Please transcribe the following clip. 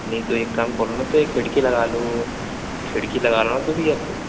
नहीं तो एक काम करो ना तो एक खिड़की लगा लो खिड़की लगा लो ना तो भईया